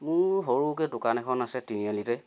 মোৰ সৰুকে দোকান এখন আছে তিনিআলিতে